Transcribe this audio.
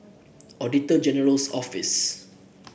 Auditor General's Office